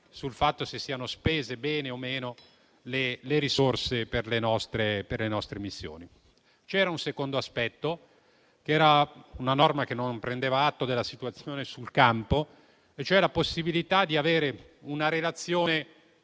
verificare se siano spese bene o no le risorse per le nostre missioni. C'era un secondo aspetto: una norma che non prendeva atto della situazione sul campo, cioè la possibilità di avere una relazione